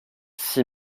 six